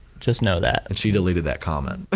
just know that. and she deleted that comment. but